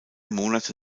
monate